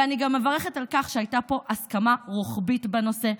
ואני מברכת על כך שהייתה פה הסכמה רוחבית בנושא,